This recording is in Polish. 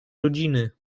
rodziny